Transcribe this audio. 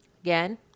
Again